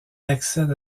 accède